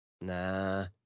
Nah